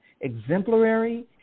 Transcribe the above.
exemplary